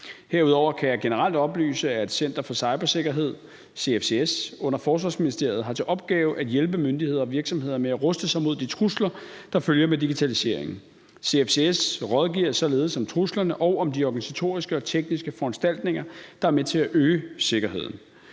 Herudover kan jeg generelt oplyse, at Center for Cybersikkerhed, CFCS, under Forsvarsministeriet har til opgave at hjælpe myndigheder og virksomheder med at ruste sig mod de trusler, der følger med digitaliseringen. CFCS rådgiver således om truslerne og om de organisatoriske og tekniske foranstaltninger, der er med til at øge sikkerheden.